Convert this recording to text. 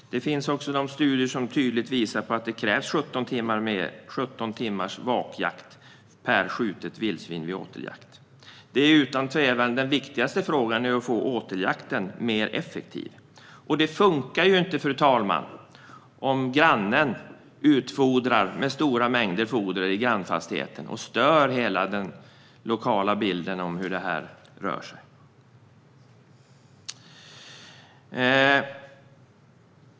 Det finns också studier som tydligt visar att det krävs 17 timmars vakjakt per skjutet vildsvin vid åteljakt. Den utan tvekan viktigaste frågan är att få åteljakten mer effektiv. Det funkar ju inte, fru talman, om grannen utfodrar med stora mängder foder i grannfastigheten och stör hela den lokala bilden och hur det rör sig.